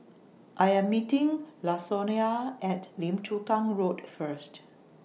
I Am meeting Lasonya At Lim Chu Kang Road First